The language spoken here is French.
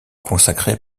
consacré